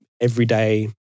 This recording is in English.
everyday